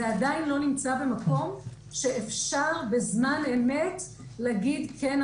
זה עדיין לא נמצא במקום שאפשר בזמן אמת להגיד: כן,